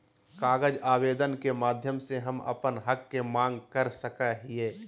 कागज आवेदन के माध्यम से हम अपन हक के मांग कर सकय हियय